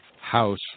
house